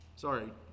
Sorry